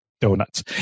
donuts